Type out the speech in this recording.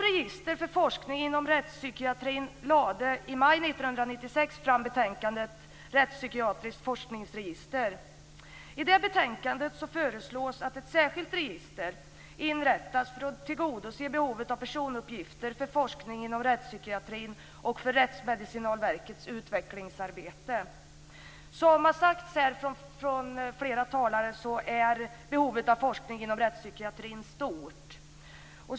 Rättspsykiatriskt forskningsregister. I betänkandet föreslås att ett särskilt register inrättas för att tillgodose behovet av personuppgifter för forskning inom rättspsykiatrin och för Rättsmedicinalverkets utvecklingsarbete. Som har sagts här av flera talare är behovet av forskning inom rättspsykiatrin stort.